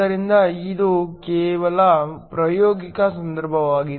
ಆದ್ದರಿಂದ ಇದು ಕೇವಲ ಪ್ರಾಯೋಗಿಕ ಸಂಬಂಧವಾಗಿದೆ